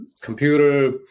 computer